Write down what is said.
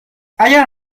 اگر